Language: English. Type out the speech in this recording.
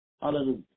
Hallelujah